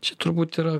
čia turbūt yra